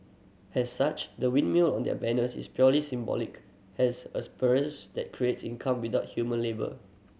has such the windmill on their banners is purely symbolic has apparatus that creates income without human labour